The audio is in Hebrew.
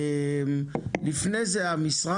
בסופו של דבר,